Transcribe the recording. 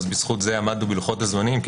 אמר שנגס בנו אז בזכות זה עמדנו בלוחות הזמנים כי